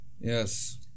Yes